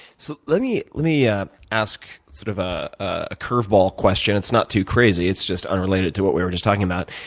so let me let me yeah ask sort of ah a curve ball question. it's not too crazy. it's just unrelated to what we were just talking about.